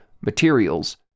materials